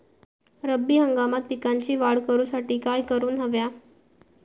रब्बी हंगामात पिकांची वाढ करूसाठी काय करून हव्या?